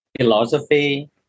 philosophy